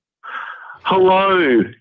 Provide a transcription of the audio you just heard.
hello